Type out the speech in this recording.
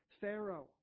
Pharaoh